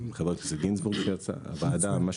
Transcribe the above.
חבר הכנסת גינזבורג שיצא והוועדה.